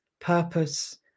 purpose